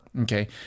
Okay